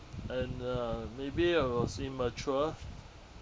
and uh maybe I was immature